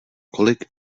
kolik